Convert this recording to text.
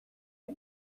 فکر